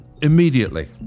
immediately